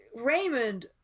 Raymond